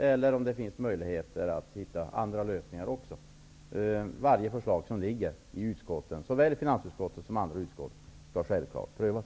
Kanske finns det också möjlighet att komma fram till andra lösningar. Men varje förslag som ligger i utskotten, såväl i finansutskottet som i andra utskott, skall självfallet prövas.